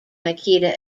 ikeda